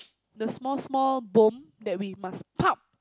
the small small bomb that we must